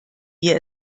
wir